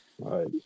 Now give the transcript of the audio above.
right